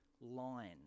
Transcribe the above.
line